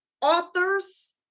authors